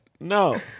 no